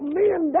men